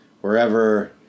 wherever